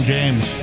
James